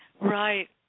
Right